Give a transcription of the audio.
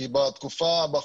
כי בתקופה האחרונה,